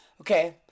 okay